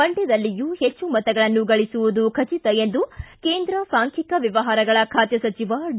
ಮಂಡ್ಯದಲ್ಲಿಯೂ ಹೆಚ್ಚು ಮತಗಳನ್ನು ಗಳಸುವುದು ಖಟಿತ ಎಂದು ಕೇಂದ್ರ ಸಾಂಖ್ಯಿಕ ವ್ಯವಹಾರಗಳ ಖಾತೆ ಸಚಿವ ಡಿ